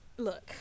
Look